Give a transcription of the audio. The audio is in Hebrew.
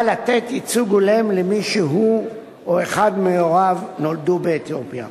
לתת ייצוג הולם למי שהוא או אחד מהוריו נולדו באתיופיה.